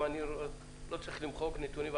אם אני לא צריך למחוק נתונים,